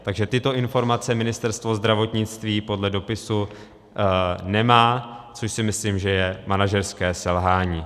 Takže tyto informace Ministerstvo zdravotnictví podle dopisu nemá, což si myslím, že je manažerské selhání.